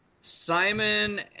Simon